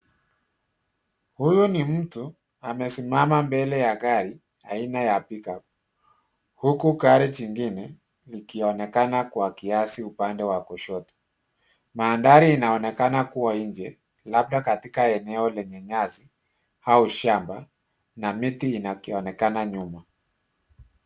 Huyu ni mtu, amesimama mbele ya gari ,aina ya Pick-up. Huku gari jingine, likionekana kwa kiasi upande wa kushoto. Mandhari inaonekana kuwa nje, labda katika eneo lenye nyasi au shamba, na miti inaonekana nyuma.